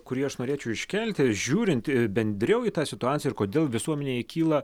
kurį aš norėčiau iškelti žiūrint bendriau į tą situaciją ir kodėl visuomenėje kyla